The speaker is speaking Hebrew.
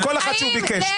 לכל אחת שהוא ביקש.